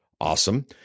Awesome